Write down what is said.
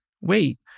wait